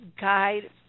guide